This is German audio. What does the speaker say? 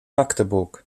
magdeburg